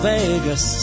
Vegas